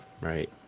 right